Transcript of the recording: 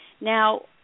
Now